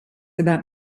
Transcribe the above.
about